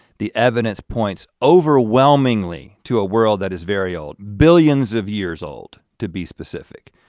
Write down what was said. the evidence points overwhelmingly to a world that is very old. billions of years old, to be specific.